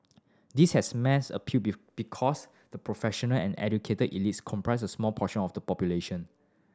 this has mass appeal because the professional and educated elites comprise a small portion of the population